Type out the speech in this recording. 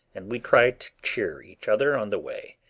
and we tried to cheer each other on the way.